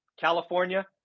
California